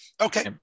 okay